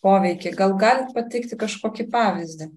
poveikį gal galit pateikti kažkokį pavyzdį